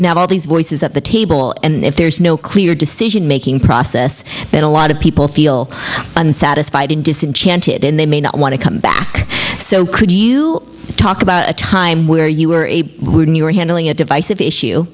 can have all these voices at the table and if there's no clear decision making process that a lot of people feel unsatisfied and disenchanted and they may not want to come back so could you talk about a time where you were a new york handling a divisive issue